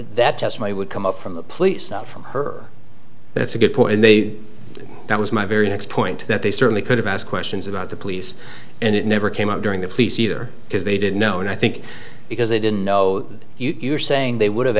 that test my would come up from the police not from her that's a good point and they that was my very next point that they certainly could have asked questions about the police and it never came up during the police either because they didn't know and i think because they didn't know you are saying they would have